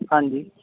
ਹਾਂਜੀ